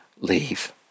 leave